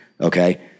okay